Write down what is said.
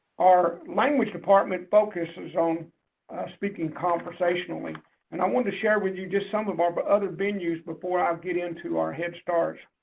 our language department focuses on speaking conversationally and i want to share with you just some of our but other venues before i get into our head start.